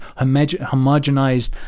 homogenized